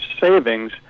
savings